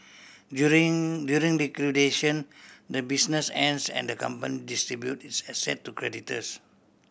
during during liquidation the business ends and the company distributes its asset to creditors